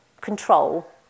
control